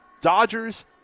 Dodgers